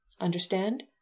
Understand